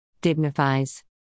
Dignifies